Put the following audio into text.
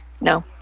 No